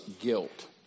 guilt